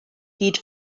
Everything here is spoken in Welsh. hyd